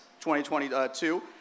2022